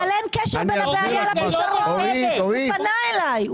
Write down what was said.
הוא פנה אליי.